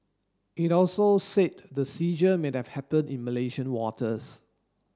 it also said the seizure may have happen in Malaysian waters